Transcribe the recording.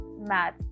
math